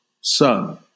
son